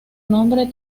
nombre